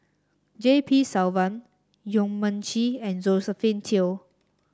J P Selvam Yong Mun Chee and Josephine Teo